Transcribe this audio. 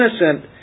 innocent